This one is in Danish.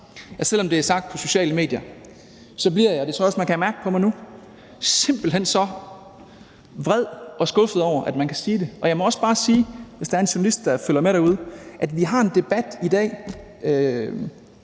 selv om det er sagt på sociale medier, så bliver jeg – og det tror jeg også man kan mærke på mig nu – simpelt hen så vred og skuffet over, at man kan sige det. Og jeg må også bare sige, hvis der er en journalist, der følger med derude, at vi har en demokratisk